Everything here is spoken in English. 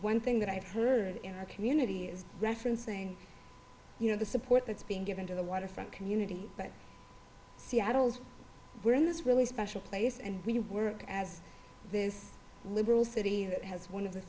one thing that i've heard in our community is referencing you know the support that's being given to the waterfront community but seattle's we're in this really special place and we work as this liberal city that has one of the